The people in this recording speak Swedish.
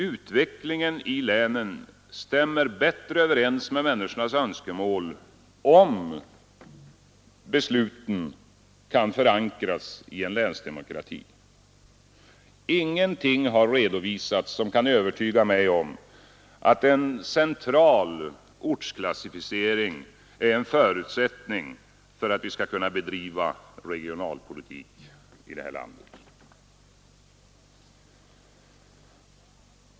Utvecklingen i länen stämmer bättre överens med människornas önskemål om besluten kan förankras i en länsdemokrati. Ingenting har redovisats som kan övertyga mig om att en central ortsklassificering är en förutsättning för att vi skall kunna bedriva regionalpolitik i det här landet.